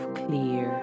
clear